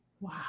Wow